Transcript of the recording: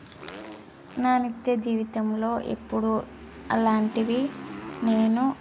నా నిత్య జీవితంలో ఎప్పుడూ అలాంటివి నేను